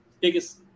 biggest